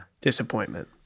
disappointment